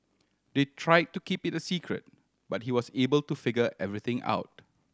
they try to keep it a secret but he was able to figure everything out